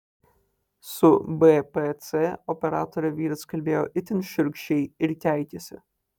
su bpc operatore vyras kalbėjo itin šiurkščiai ir keikėsi